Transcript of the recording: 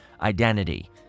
identity